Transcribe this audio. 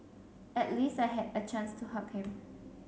at least I had a chance to hug him